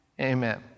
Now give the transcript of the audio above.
Amen